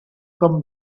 come